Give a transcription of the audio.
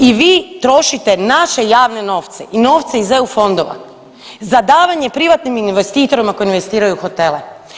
I vi trošite naše javne novce i novce iz EU fondova za davanje privatnim investitorima koji investiraju u hotele.